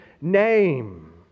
name